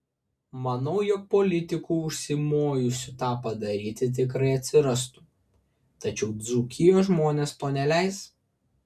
manau jog politikų užsimojusių tą padaryti tikrai atsirastų tačiau dzūkijos žmonės to neleis